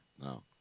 No